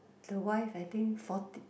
the wife I think forty